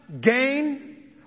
Gain